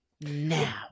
Now